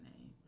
name